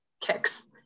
kicks